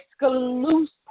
exclusive